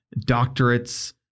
doctorates